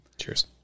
Cheers